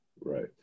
right